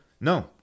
No